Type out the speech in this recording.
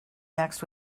next